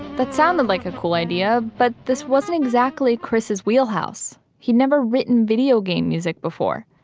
but sounded like a cool idea. but this wasn't exactly chris's wheelhouse he'd never written videogame music before.